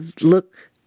look